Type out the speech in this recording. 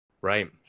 Right